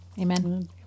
Amen